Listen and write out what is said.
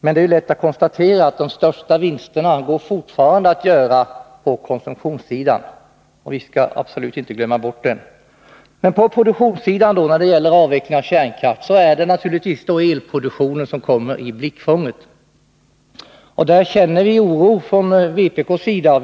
Men det är lätt att konstatera att de största vinsterna fortfarande går att göra på konsumtionssidan, och vi skall absolut inte glömma bort den. På produktionssidan — när det gäller avvecklingen av kärnkraft — är det naturligtvis elproduktionen som kommer i blickfånget. Då känner vi från vpk:s sida oro.